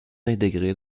intégrés